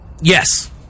Yes